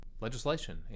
legislation